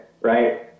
right